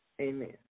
Amen